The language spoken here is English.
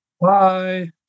Bye